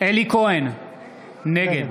נגד